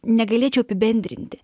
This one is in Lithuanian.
negalėčiau apibendrinti